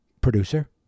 producer